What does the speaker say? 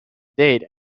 date